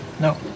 No